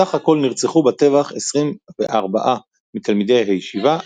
בסך הכול נרצחו בטבח 24 מתלמידי הישיבה,